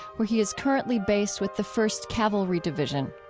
where he is currently based with the first cavalry division.